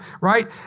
right